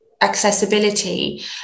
accessibility